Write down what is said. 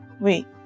Wait